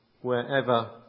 wherever